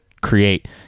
create